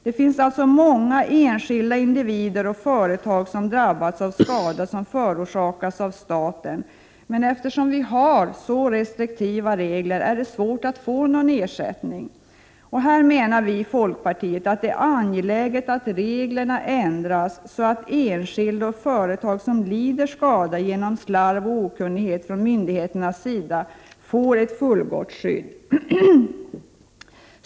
Det finns alltså många enskilda individer och företag som drabbats av skada som förorsakats av staten, men eftersom reglerna är så restriktiva är det svårt att få någon ersättning. Här menar vi i folkpartiet att det är angeläget att reglerna ändras så att 25 november 1988 enskilda och företag, som lider skada genom slarv och okunnighet från myndigheternas sida, får ett fullgott skydd.